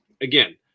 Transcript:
again